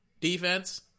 Defense